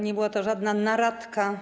Nie była to żadna naradka.